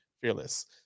fearless